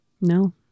No